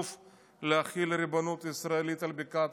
להחיל ריבונות ישראלית על בקעת הירדן.